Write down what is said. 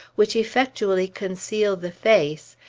which effectually conceal the face,